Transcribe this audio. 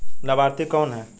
लाभार्थी कौन है?